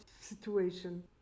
situation